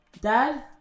Dad